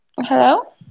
Hello